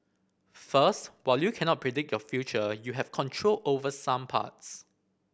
first while you cannot predict your future you have control over some parts